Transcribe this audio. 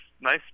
nice